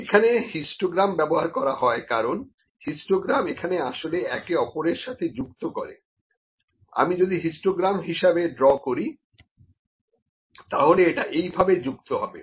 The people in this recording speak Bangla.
এখানে হিস্টোগ্রাম ব্যবহার করা হয় কারণ হিস্টোগ্রাম এখানে আসলে একে অপরের সঙ্গে যুক্ত করে আমি যদি হিস্টোগ্রাম হিসেবে ড্র করি তাহলে এটা এইভাবে যুক্ত হবে